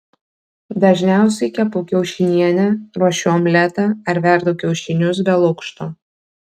dažniausiai kepu kiaušinienę ruošiu omletą ar verdu kiaušinius be lukšto